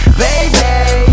baby